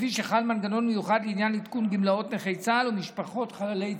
כפי שחל מנגנון מיוחד לעניין עדכון גמלאות נכי צה"ל ומשפחות חללי צה"ל.